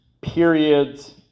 periods